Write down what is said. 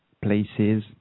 places